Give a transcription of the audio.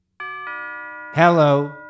Hello